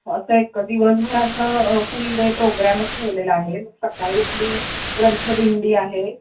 असं एक दिवसभराचं फुल डे प्रोग्रॅमच ठेवलेला आहे सकाळी आपली ग्रंथ दिंडी आहे